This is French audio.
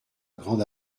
grande